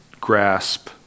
grasp